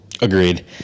Agreed